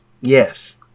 Yes